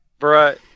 Bruh